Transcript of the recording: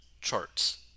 charts